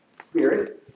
spirit